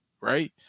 right